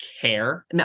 care